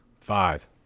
Five